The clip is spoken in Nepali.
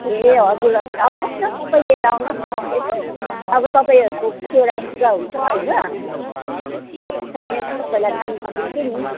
ए हजुर हजुर आउनुहोस् न सबै लिएर आउनुहोस् म यसो अब तपाईँहरूको कतिवटा लुगा हुन्छ होइन त्यही हिसाबले म तपाईँलाई दाम गरिदिन्छु नि